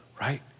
right